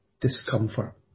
discomfort